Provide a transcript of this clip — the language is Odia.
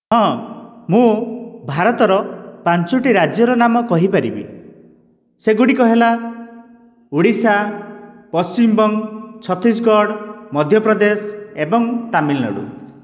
ହଁ ମୁଁ ଭାରତର ପାଞ୍ଚୋଟି ରାଜ୍ୟର ନାମ କହିପାରିବି ସେଗୁଡ଼ିକ ହେଲା ଓଡ଼ିଶା ପଶ୍ଚିମବଙ୍ଗ ଛତିଶଗଡ଼ ମଧ୍ୟପ୍ରଦେଶ ଏବଂ ତାମିଲନାଡ଼ୁ